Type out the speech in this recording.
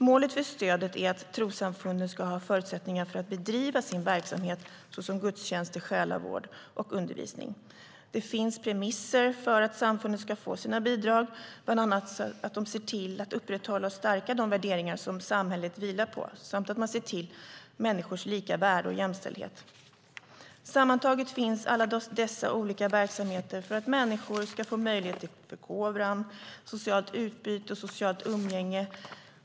Målet för stödet är att trossamfunden ska ha förutsättningar att bedriva sin verksamhet, såsom gudstjänster, själavård och undervisning. Det finns premisser för att samfunden ska få sina bidrag, bland annat ska de upprätthålla och stärka de värderingar som samhället vilar på och se till människors lika värde och jämställdhet. Sammantaget finns alla dessa olika verksamheter för att människor ska få möjlighet till förkovran, socialt utbyte och socialt umgänge.